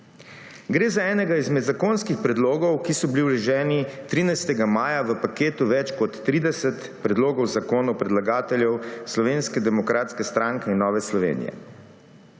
Gre za enega izmed zakonskih predlogov, ki so bili vloženi 13. maja v paketu več kot 30 predlogov zakonov predlagateljev Slovenske demokratske stranke in Nove Slovenije.